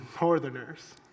northerners